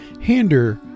hinder